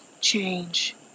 change